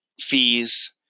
fees